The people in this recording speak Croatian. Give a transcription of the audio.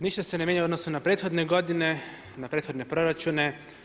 Ništa se ne mijenja u odnosu na prethodne godine, na prethodne proračune.